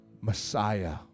Messiah